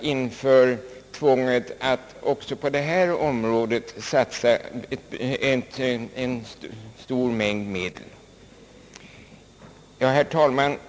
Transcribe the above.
inför tvånget att också på detta område satsa stora belopp. Herr talman!